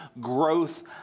growth